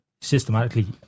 systematically